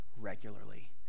regularly